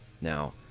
Now